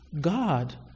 God